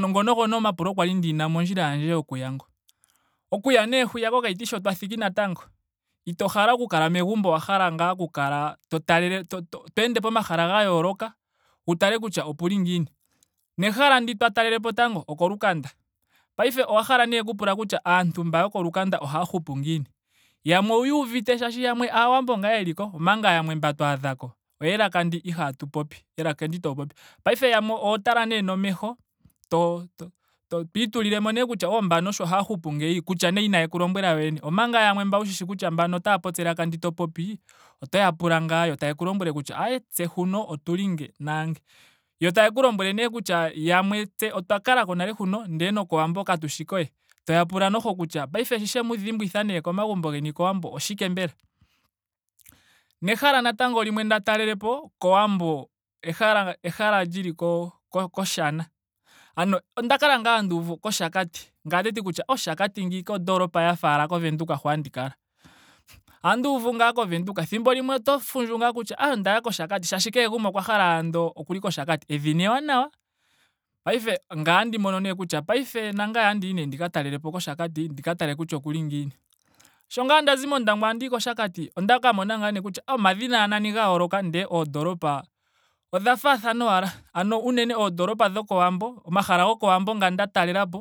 Ngono ogo nee omapulo kwali ndina mondjila yandje yokuya ngo. Okuya nee hwiya ko kiati sho twa thiki natango ito hala oku kala megumbo. owa hala ngaa oku kala to talele to ende pomahala ga yooloka. wu tale kutya opuli ngiini. Nehala ndi twa talelepo tango okolukanda. Paife owa hala nee oku pula kutya aantu mba yokolukanda ohaa hupu ngiini. Yamwe owuya uvite molwaashoka yamwe aawambo ngaa yeliko. omanga yamwe mba twaadhako oyelaka ndi ihaatu popi. elaka ndi itoo popi. Paife yamwe oho tala nee nomeho. to- to- to- to itulilemo nee kutya oh mbano osho haya hupu ngeyi. kutya nee inayeku lombwela yoyene. Omanga yamwe mba wushishi kutya mbano otaa popi elaka ndi to popi otoya tula ngaa yo taye ku lombwele kutya aae tse huno otuli nge naange. Yo tayeku lombwele nee kutya yamwe tse otwa kalako nale huno. ndele nokowambo katushi ko we. Toya pula noho kutya paife so shemu dhimbwitha nee komagumbo geni kowambo oshike mbela? Nehela natango limwe nda talelepo kowambo. ehala ehala lili ko- koshana. Ano onda kala ngaa handi uvu koshakati. ngame oteti kutya oshakati kaimba ondoolopa ngaashi ashike ko windhoek hu handi kala. Ohandi uvu ngaa ko windheok. Ethimbo limwe oto fundju ngaa kutya aeeye ondaya koshakati molwaashoka kehe gumwe okwa hala andola okuli koshakati. Edhina ewanawa. paife ngame otandi mono nee kutya paife nangame otandiyi nee ndi ka talelepo koshakati. ndi ka tale kutya okuli ngiini. Sho ngaa ndazi mondangwa etandiyi koshakati. ondaka mona ngaa nee kutya omadhina ashike nani ga yooloka ndele oondoolopa odha faathana owala. Ano unene oondolopa dhokowambo. omahala gokowambo ngo nda talelapo